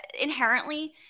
inherently